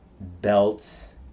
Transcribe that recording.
Belts